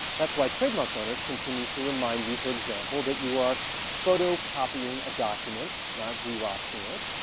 that's why trademark owners continue to remind you, for example, that you are photocopying a document, not xeroxing it.